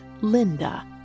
Linda